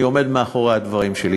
אני עומד מאחורי הדברים שלי.